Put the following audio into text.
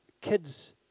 kids